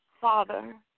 Father